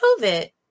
COVID